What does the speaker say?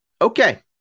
okay